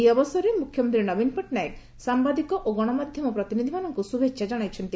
ଏହି ଅବସରରେ ମୁଖ୍ୟମନ୍ତୀ ନବୀନ ପଟ୍ଟନାୟକ ସାମ୍ଘାଦିକ ଓ ଗଶମାଧ୍ଧମ ପ୍ରତିନିଧି ମାନଙ୍କୁ ଶୁଭେଛା ଜଣାଇଛନ୍ତି